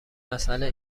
مساله